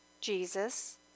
Jesus